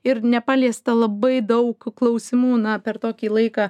ir nepaliesta labai daug klausimų na per tokį laiką